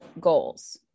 goals